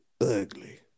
ugly